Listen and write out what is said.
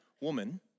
woman